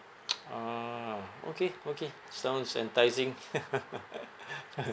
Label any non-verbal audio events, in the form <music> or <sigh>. <noise> ah okay okay sounds enticing <laughs>